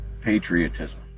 patriotism